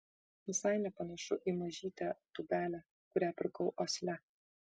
visai nepanašu į mažytę tūbelę kurią pirkau osle